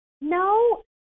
No